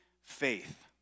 faith